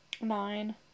nine